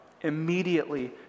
Immediately